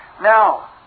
Now